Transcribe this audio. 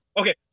Okay